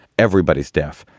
everybody's deaf.